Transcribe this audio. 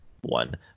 one